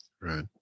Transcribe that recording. Right